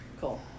Cool